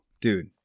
Dude